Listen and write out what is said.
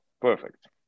Perfect